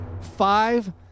five